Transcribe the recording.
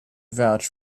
vouch